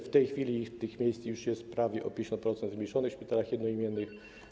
W tej chwili tych miejsc już jest prawie o 50% mniej w szpitalach jednoimiennych.